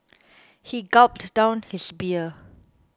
he gulped down his beer